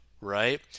right